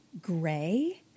gray